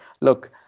look